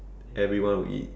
everyone would eat